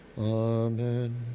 Amen